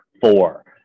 four